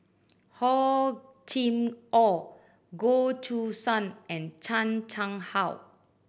Hor Chim Or Goh Choo San and Chan Chang How